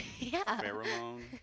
Pheromone